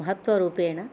महत्त्वरूपेण